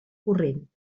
corrent